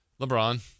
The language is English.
LeBron